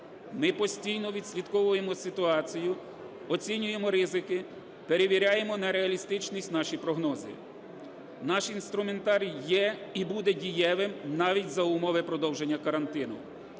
Ми постійно відслідковуємо ситуацію, оцінюємо ризики, перевіряємо на реалістичність наші прогнози. Наш інструментарій є і буде дієвим навіть за умови продовження карантину.